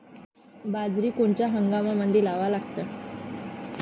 बाजरी कोनच्या हंगामामंदी लावा लागते?